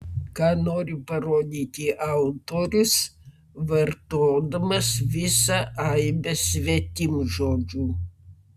ką nori parodyti autorius vartodamas visą aibę svetimžodžių